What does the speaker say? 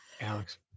Alex